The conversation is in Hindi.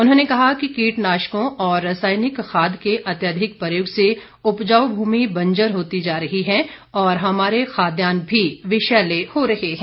उन्होंने कहा कि कीटनाशकों और रसायनिक खाद के अत्यधिक प्रयोग से उपजाऊ भूमि बंजर होती जा रही है और हमारे खाद्यान्न भी विषैले हो रहे हैं